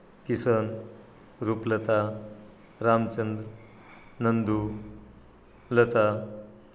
Kisan Rooplata Ramchandra Nandu Lata